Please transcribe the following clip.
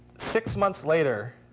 six months later,